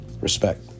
Respect